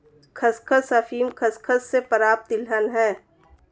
खसखस अफीम खसखस से प्राप्त तिलहन है